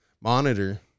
monitor